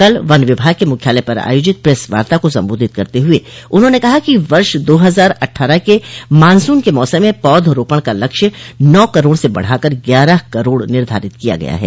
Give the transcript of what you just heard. कल वन विभाग के मुख्यालय पर आयोजित प्रेस वार्ता को संबोधित करते हुए उन्होंने कहा कि वर्ष दो हजार अट्ठारह के मानस्न के मौसम में पौध रोपण का लक्ष्य नौ करोड़ से बढ़ाकर ग्यारह करोड़ निर्धारित किया गया है